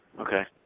okay